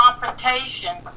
confrontation